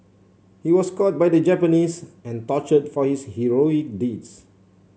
he was caught by the Japanese and tortured for his heroic deeds